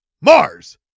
Mars